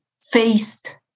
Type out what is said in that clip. faced